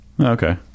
Okay